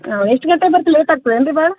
ಹಾಂ ಎಷ್ಟು ಗಂಟೆಗೆ ಬರ್ತಿರ್ ಲೇಟ್ ಆಗ್ತದೇನು ರೀ ಭಾಳ